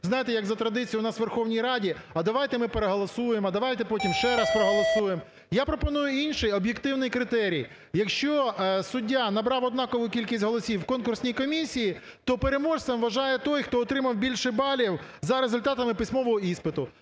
знаєте, як за традицією у нас у Верховній Раді, а давайте ми переголосуємо, а давайте потім ще раз проголосуємо. Я пропоную інший об'єктивний критерій: якщо суддя набрав однакову кількість голосів у конкурсній комісії, то переможцем вважається той, хто отримав більше балів за результатами письмового іспиту.